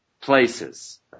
places